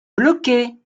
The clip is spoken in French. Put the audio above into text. bloqué